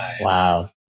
wow